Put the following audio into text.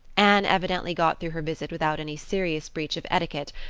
anne evidently got through her visit without any serious breach of etiquette,